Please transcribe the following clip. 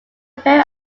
very